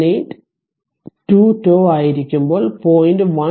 3678 2 τ ആയിരിക്കുമ്പോൾ 0